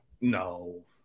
No